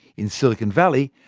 in silicon valley,